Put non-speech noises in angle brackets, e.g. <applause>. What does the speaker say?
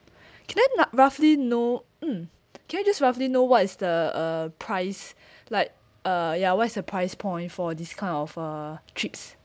<breath> can I rough roughly know mm can I just roughly know what is the uh price <breath> like uh ya what is the price point for this kind of uh trips